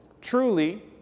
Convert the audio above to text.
Truly